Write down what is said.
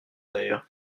d’ailleurs